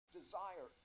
desire